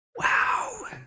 Wow